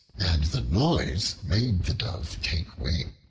and the noise made the dove take wing.